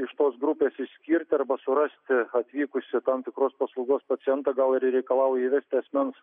iš tos grupės išskirti arba surasti atvykusį tam tikros paslaugos pacientą gal ir reikalauja įvesti asmens